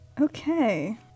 Okay